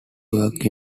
work